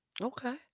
Okay